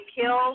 kill